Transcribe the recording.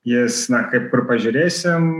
jis na kaip kur pažiūrėsim